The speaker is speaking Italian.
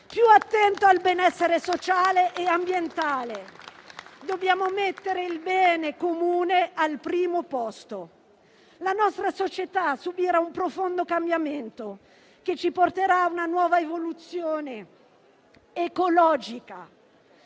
più attento al benessere sociale e ambientale. Dobbiamo mettere il bene comune al primo posto. La nostra società subirà un profondo cambiamento, che ci porterà a una nuova evoluzione ecologica.